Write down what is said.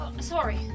Sorry